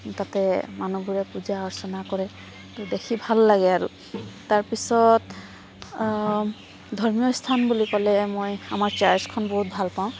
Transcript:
তাতে মানুহবোৰে পূজা অৰ্চনা কৰে দেখি ভাল লাগে আৰু তাৰপিছত ধৰ্মীয় স্থান বুলি ক'লে মই আমাৰ চাৰ্ছখন বহুত ভাল পাওঁ